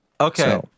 Okay